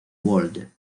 world